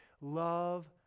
love